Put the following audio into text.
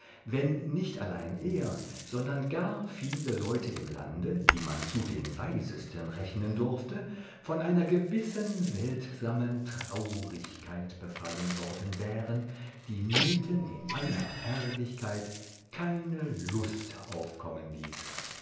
wenn nicht allein er sondern gar viele im lande die man zu den weisesten rechnen durfte von einer gewissen seltsamen traurigkeit befallen worden wären die mitten in aller herrlichkeit keine lust auf kommen ließ